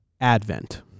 advent